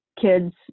kids